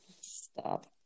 Stop